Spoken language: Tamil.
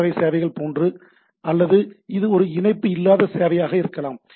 பி வகை விஷயங்கள் போன்றது அல்லது இது ஒரு இணைப்பு இல்லாத சேவையாக இருக்கலாம்